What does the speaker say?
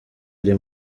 ari